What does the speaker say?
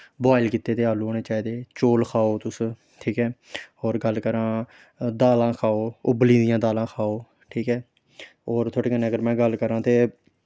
boil कीते दे आलू होने चाहिदे चौल खाओ तुस ठीक ऐ होर गल्ल करां दालां खाओ उब्बली दियां दालां खाओ ठीक ऐ होर में थुआढ़े कन्नै अगर में गल्ल करां ते